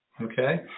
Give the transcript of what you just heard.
okay